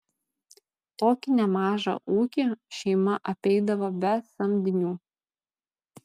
tokį nemažą ūkį šeima apeidavo be samdinių